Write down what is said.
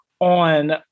on